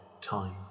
time